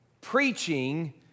preaching